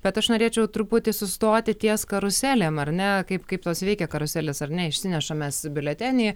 bet aš norėčiau truputį sustoti ties karuselėm ar ne kaip kaip tos veikia karuselės ar ne išsineša mes biuletenį